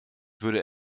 würde